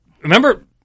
Remember